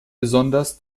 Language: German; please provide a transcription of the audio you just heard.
besonders